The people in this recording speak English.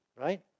right